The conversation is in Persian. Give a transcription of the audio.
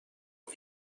بار